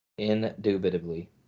Indubitably